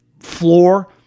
floor